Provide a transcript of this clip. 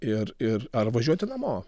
ir ir ar važiuoti namo